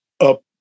up